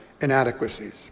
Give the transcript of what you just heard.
inadequacies